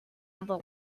other